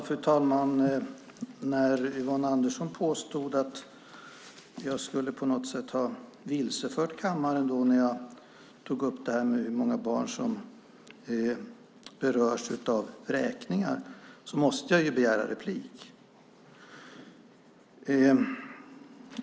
Fru talman! När Yvonne Andersson påstod att jag på något sätt skulle ha vilsefört kammaren då jag tog upp hur många barn som berörs av vräkningar var jag tvungen att begära replik.